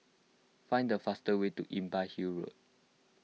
find the fastest way to Imbiah Hill Road